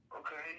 okay